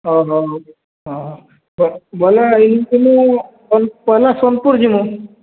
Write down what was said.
ହେଉ ହେଉ ହଁ ବୋଲେ ପହିଲା ସୋନପୁର ଯିମୁ